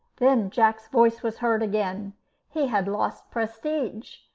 then jack's voice was heard again he had lost prestige,